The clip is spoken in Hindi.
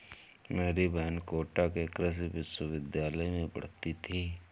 मेरी बहन कोटा के कृषि विश्वविद्यालय में पढ़ती थी